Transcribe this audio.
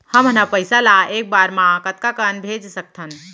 हमन ह पइसा ला एक बार मा कतका कन भेज सकथन?